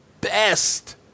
best